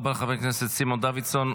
תודה רבה לחבר הכנסת סימון דוידסון.